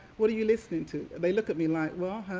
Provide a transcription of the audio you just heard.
what are you listening to? they look at me like well,